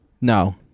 no